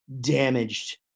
damaged